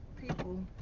people